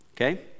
okay